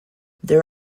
there